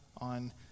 on